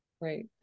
Right